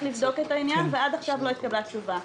לבדוק את העניין ועד עכשיו לא התקבלה תשובה.